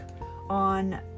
on